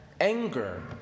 anger